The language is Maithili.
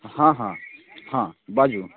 हँ हँ हँ बाजू